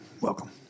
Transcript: Welcome